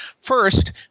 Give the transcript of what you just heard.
First